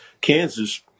Kansas